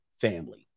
family